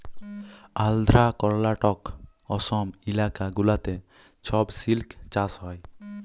আল্ধ্রা, কর্লাটক, অসম ইলাকা গুলাতে ছব সিল্ক চাষ হ্যয়